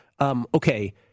Okay